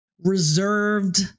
reserved